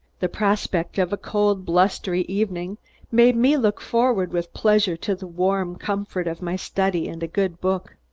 the prospect of a cold blustery evening made me look forward with pleasure to the warm comfort of my study, and a good book.